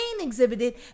exhibited